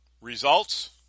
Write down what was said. results